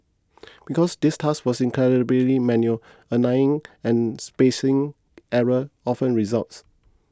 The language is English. because this task was incredibly manual align and spacing error often resulted